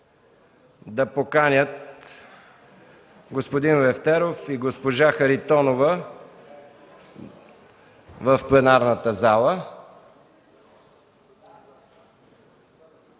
да поканят господин Лефтеров и госпожа Харитонова в пленарната зала.